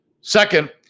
Second